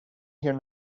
here